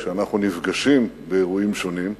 כשאנחנו נפגשים באירועים שונים,